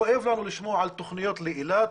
כואב לנו לשמוע על תוכניות לאילת,